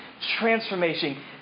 transformation